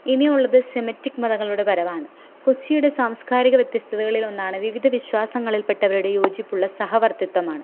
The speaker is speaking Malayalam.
ഇനി ഉള്ളത് സെമിറ്റിക് മതങ്ങളുടെ വരവാണ് കൊച്ചിയുടെ സാംസ്കാരിക വ്യത്യസ്തകളിൽ ഒന്നാണ് വിവിധ വിശ്വാസങ്ങളിൽപ്പെട്ടവരുടെ യോജിപ്പുള്ള സഹവർത്തിത്വം ആണ്